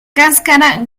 cáscara